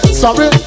sorry